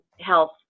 health